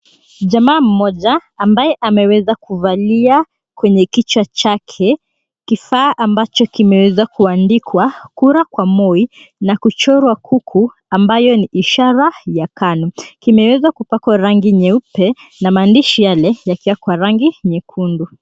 Jamaa mmoja ambaye ameweza kuvalia kwenye kichwa chake kifaa kimoja ambacho kimeweza kuandikwa, 'Kura kwa Moi' na kuchorwa kuku ambyo ni ishara ya KANU. Kimeweza kuchorwa rangi nyeupe na maandishishi yale yakiwa kwa rangi nyekundu.